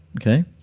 Okay